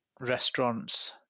restaurants